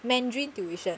mandarin tuition